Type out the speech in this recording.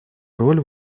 роль